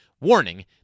Warning